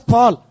Paul